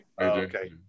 Okay